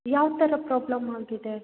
ಯಾವ ಥರ ಪ್ರೋಬ್ಲಮ್ ಆಗಿದೆ